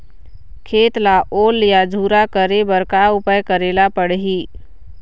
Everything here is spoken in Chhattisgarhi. खेत ला ओल या झुरा करे बर का उपाय करेला पड़ही?